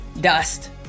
dust